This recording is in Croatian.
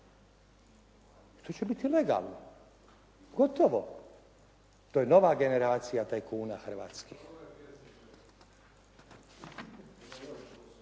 To će biti legalno, gotovo. To je nova generacija tajkuna hrvatskih.